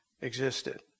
existed